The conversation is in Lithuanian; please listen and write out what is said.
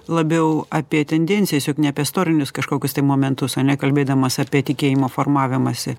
labiau apie tendencijas jog ne apie istorinius kažkokius tai momentus ane nekalbėdamas apie tikėjimo formavimąsi